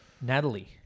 Natalie